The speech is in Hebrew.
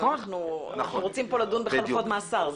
אבל אנחנו רוצים לדון כאן בחלופות מאסר.